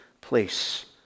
place